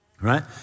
right